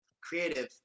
creative